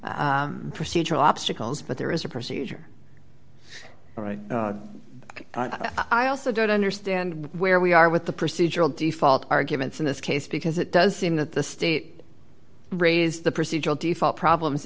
procedural obstacles but there is a procedure all right i also don't understand where we are with the procedural default arguments in this case because it does seem that the state raised the procedural default problems